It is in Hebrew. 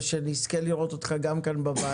ושנזכה לראות אותך גם כאן בוועדה.